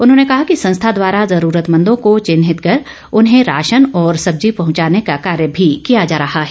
उन्होंने कहा कि संस्था द्वारा ज़रूरतमंदों को चिन्हित कर उन्हें रा ान और सब्जी पहुंचाने का कार्य भी किया जा रहा है